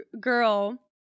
girl